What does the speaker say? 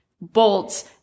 bolts